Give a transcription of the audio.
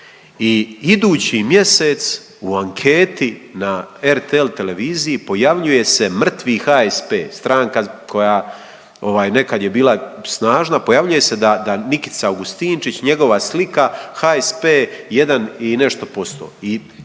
i idući mjesec u anketi na RTL televiziji pojavljuje se mrtvi HSP stranka koja ovaj nekad je bila snažna pojavljuje se da, Nikica Augustinčić njegova slika HSP 1 i nešto posto